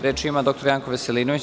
Rečima dr Janko Veselinović.